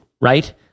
right